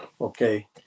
okay